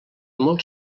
molt